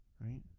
right